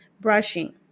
brushing